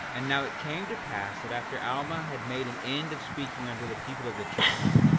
and now it came to pass that after alma had made an end of speaking unto the people of the church,